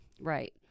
Right